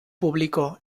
publicó